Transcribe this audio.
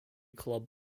club